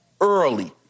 early